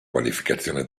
qualificazione